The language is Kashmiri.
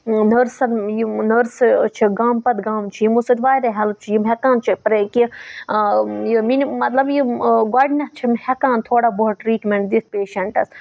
نٔرسَن یِم نٔرسہٕ چھِ گامہٕ پَتہٕ گامہٕ چھِ یِمو سۭتۍ واریاہ ہیلٕپ چھِ یِم ہیٚکان چھِ پری کینہِہ یہِ من مطلب یِم گۄڈٕنیتھ چھِ ہیکان تھوڑا بہت ٹریٖٹمنٛٹ دِتھ پیشَنٹَس